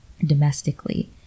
domestically